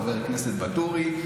חבר הכנסת ואטורי?